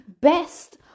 best